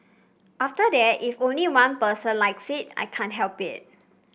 after that if only one person likes it I can't help it